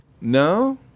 No